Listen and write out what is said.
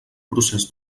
procés